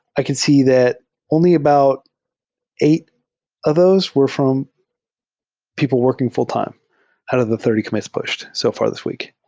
i can see that only about eight of those were from people working full-time out of the thirty comm its pushed so far this week.